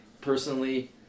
personally